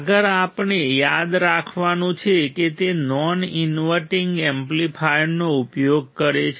આગળ આપણે યાદ રાખવાનું છે કે તે નોન ઇન્વર્ટિંગ એમ્પ્લીફાયરનો ઉપયોગ કરે છે